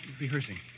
rehearsing